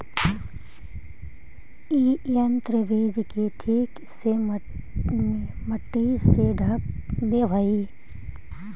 इ यन्त्र बीज के ठीक से मट्टी से ढँक देवऽ हई